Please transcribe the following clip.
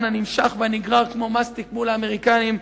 הנמשך והנגרר כמו מסטיק מול האמריקנים,